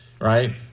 Right